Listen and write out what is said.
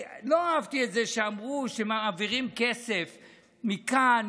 לא אהבתי את זה שאמרו שמעבירים כסף מכאן,